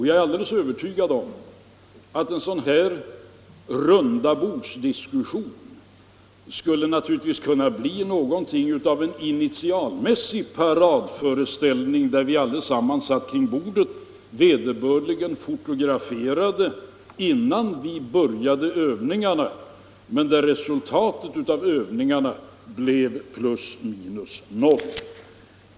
Jag är alldeles övertygad om att en rundabordsdiskussion naturligtvis skulle kunna bli något av en initialmässig paradföreställning, där vi allesammans satt kring bordet vederbörligen fotograferade innan vi började med övningarna, men där resultatet av övningarna blev plus minus noll.